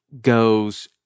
goes